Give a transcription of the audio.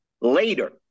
later